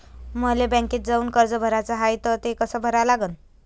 मले बँकेत जाऊन कर्ज भराच हाय त ते कस करा लागन?